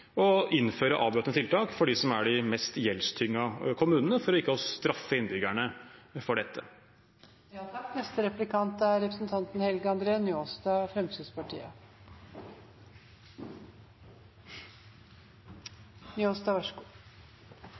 innføre avbøtende tiltak for dem som er blant de mest gjeldstyngede kommunene, for ikke å straffe innbyggerne for dette. Det er interessant å merka seg at representanten